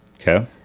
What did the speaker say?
Okay